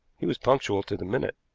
he was punctual to the minute.